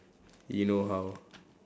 you know how